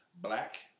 Black